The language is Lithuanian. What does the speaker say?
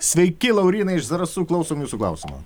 sveiki laurynai iš zarasų klausom jūsų klausimo